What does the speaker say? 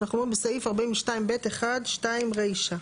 אנחנו אומרים בסעיף 42(ב)(1)(2) רישה.